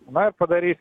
na ir padaryti